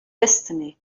destiny